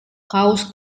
kaus